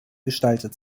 gestaltet